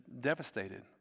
devastated